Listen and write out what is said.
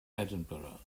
edinburgh